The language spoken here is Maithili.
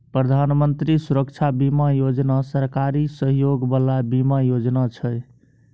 प्रधानमंत्री सुरक्षा बीमा योजना सरकारी सहयोग बला बीमा योजना छै